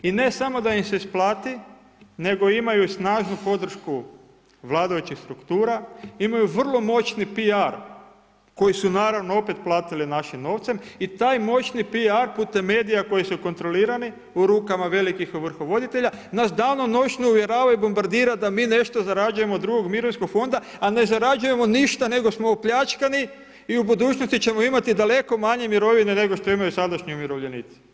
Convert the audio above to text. I ne samo da im se isplati, nego imaju i snažnu podršku vladajućih struktura, imaju vrlo moćni PR koji su naravno opet platili našim novcem i taj moćni PR putem medija koji su kontrolirani u rukama velikih ovrhovoditelja nas danonoćno uvjeravaju i bombardira da mi nešto zarađujemo od drugog mirovinskog fonda, a ne zarađujemo ništa nego smo opljačkani i u budućnosti ćemo imati daleko manje mirovine nego što imaju sadašnji umirovljenici.